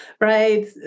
right